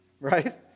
Right